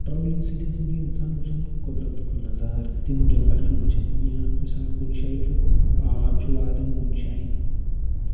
problem سۭتۍ ہسا چھُ اِنسان وٕچھان قۄدرتُک نظرٕ تِم جَگہہ چھُ وٕچھان یِم مِثال کُنہِ جایہِ چھُ آب چھُ واتان کُنہِ جایہ